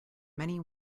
many